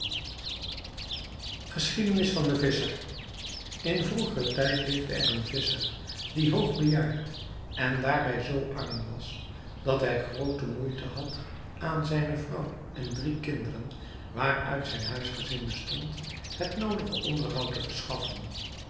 geschiedenis van den visscher in vroegeren tijd leefde er een visscher die hoog bejaard en daarbij zoo arm was dat hij groote moeite had aan zijne vrouw en drie kinderen waaruit zijn huisgezin bestond het noodige onderhoud te verschaffen